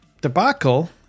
debacle